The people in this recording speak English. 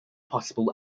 possible